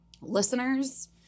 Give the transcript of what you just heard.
listeners